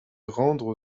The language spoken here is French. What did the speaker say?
rendre